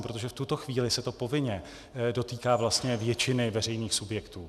Protože v tuto chvíli se to povinně dotýká vlastně většiny veřejných subjektů.